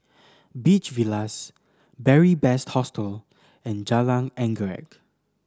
Beach Villas Beary Best Hostel and Jalan Anggerek